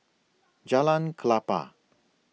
Jalan Klapa